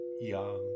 young